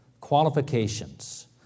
qualifications